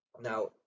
Now